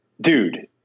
Dude